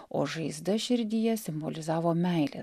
o žaizda širdyje simbolizavo meilę